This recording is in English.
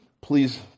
please